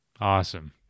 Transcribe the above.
Awesome